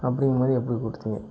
அப்படிங்கும்மோது எப்படி கொடுத்திங்க